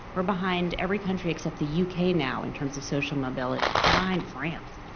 we're behind every country except the u. k. now in terms of social mobility. we're behind france